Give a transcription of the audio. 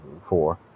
four